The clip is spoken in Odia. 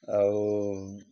ଆଉ